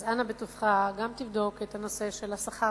אז אנא בטובך גם תבדוק את הנושא של השכר